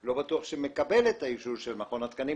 לא בטוח שמקבל את האישור של מכון התקנים.